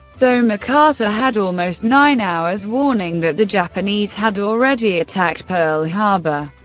though macarthur had almost nine hours warning that the japanese had already attacked pearl harbor.